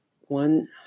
one –